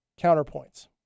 counterpoints